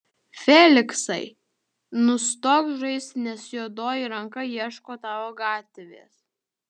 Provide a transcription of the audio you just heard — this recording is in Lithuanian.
feliksai nustok žaisti nes juodoji ranka ieško tavo gatvės